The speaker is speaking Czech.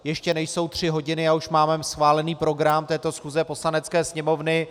Ještě nejsou tři hodiny a už máme schválený program této schůze Poslanecké sněmovny.